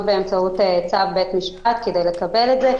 באמצעות צו בית משפט כדי לקבל את זה,